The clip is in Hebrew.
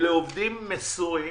אלה עובדים מסורים